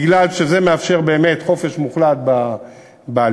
כי זה מאפשר באמת חופש מוחלט בעלייה,